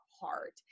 heart